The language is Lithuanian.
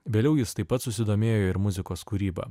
vėliau jis taip pat susidomėjo ir muzikos kūryba